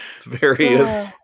various